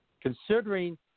Considering